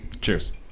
Cheers